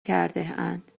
کردهاند